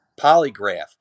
polygraph